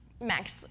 Max